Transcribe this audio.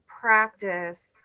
practice